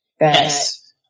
Yes